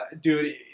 dude